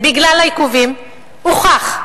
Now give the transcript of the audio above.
הוכח,